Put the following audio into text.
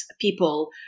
people